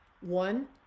One